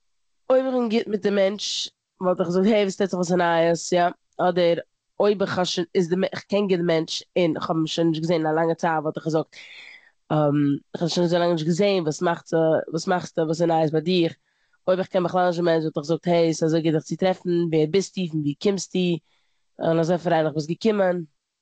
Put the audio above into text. אויב כ'בין גוט מיט די מענטש וואלט איך געזאגט העי, וואס טוט זיך, וואס איז נייעס. יא, אדער אויב כ'האב שוין- איז- כ'קען גוט די מענטש און כ'האב אים שוין נישט געזען א לאנגע צייט וואלט איך געזאגט כ'האב דיך שוין אזוי לאנג נישט געזען, וואס מאכט ע- וואס מאכסטו, וואס איז נייעס ביי דיר? אויב כ'קען בכלל נישט די מענטש וואלט איך געזאגט העי, ס'אזוי גוט דיך צו טרעפן, ווער ביסטו, פון ווי קומסטו, כ'בין אזוי פרייליך ביסט געקומען.